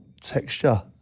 texture